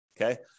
okay